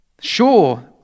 Sure